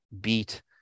beat